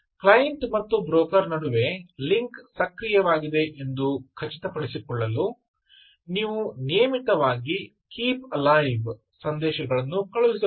client ಮತ್ತು broker ನಡುವೆ link ಸಕ್ರಿಯವಾಗಿದೆ ಎಂದು ಖಚಿತಪಡಿಸಿಕೊಳ್ಳಲು ನೀವು ನಿಯಮಿತವಾಗಿ ಕೀಪ್ ಅಲೈವ್ ಸಂದೇಶಗಳನ್ನು ಕಳಿಸಬಹುದು